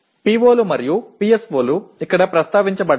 POలు మరియు PSOలు ఇక్కడ ప్రస్తావించబడ్డాయి